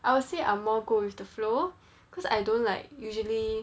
I would say are more go with the flow cause I don't like usually